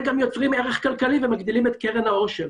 יוצרים ערך כלכלי ומגדילים את קרן העושר.